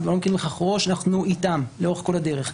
אנחנו איתם לאורך כל הדרך.